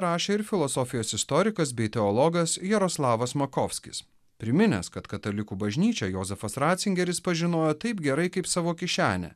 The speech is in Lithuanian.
rašė ir filosofijos istorikas bei teologas jaroslavas makovskis priminęs kad katalikų bažnyčią jozefas ratzingeris pažinojo taip gerai kaip savo kišenę